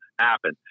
happen